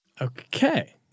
Okay